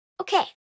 Okay